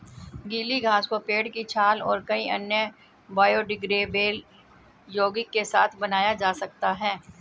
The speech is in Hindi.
गीली घास को पेड़ की छाल और कई अन्य बायोडिग्रेडेबल यौगिक के साथ बनाया जा सकता है